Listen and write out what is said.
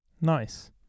Nice